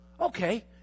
Okay